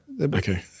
okay